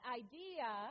idea